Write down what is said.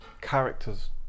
characters